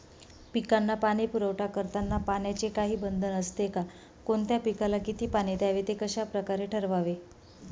पिकांना पाणी पुरवठा करताना पाण्याचे काही बंधन असते का? कोणत्या पिकाला किती पाणी द्यावे ते कशाप्रकारे ठरवावे?